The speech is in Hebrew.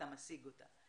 אתה משיג אותה.